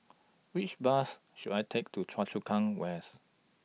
Which Bus should I Take to Choa Chu Kang West